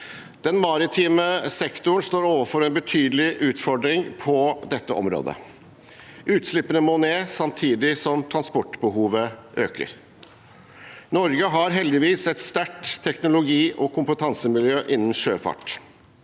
Den maritime sektoren står overfor en betydelig utfordring på dette området: Utslippene må ned samtidig som transportbehovet øker. Norge har heldigvis et sterkt teknologi- og kompetansemiljø innen sjøfart.